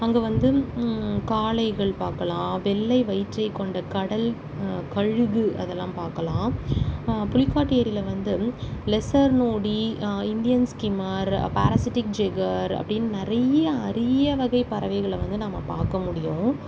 அங்கே வந்து காளைகள் பார்க்கலாம் வெள்ளை வயிற்றை கொண்ட கடல் கழுகு அதெல்லாம் பார்க்கலாம் புலிக்காட்டு ஏரியில் வந்து lesser noddy Indian skimmer parasitic jaeger அப்படின்னு நிறைய அரியவகை பறவைகளை வந்து நம்ம பார்க்க முடியும்